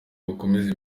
bakomeze